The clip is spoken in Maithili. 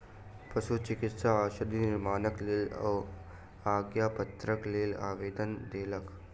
पशुचिकित्सा औषधि निर्माणक लेल ओ आज्ञापत्रक लेल आवेदन देलैन